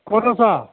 ক'ত আছা